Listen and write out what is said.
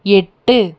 எட்டு